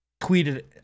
tweeted